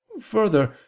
further